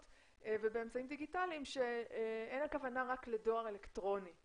ובאמצעים דיגיטליים שאין הכוונה רק לדואר אלקטרוני.